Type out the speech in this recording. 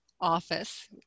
office